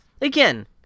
again